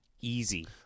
Easy